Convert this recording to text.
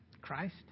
Christ